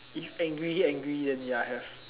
if angry angry then ya have